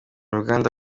uruganda